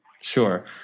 Sure